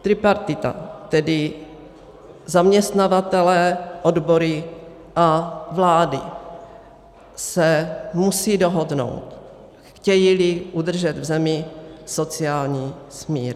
Tripartita, tedy zaměstnavatelé, odbory a vlády, se musí dohodnout, chtějíli udržet v zemi sociální smír.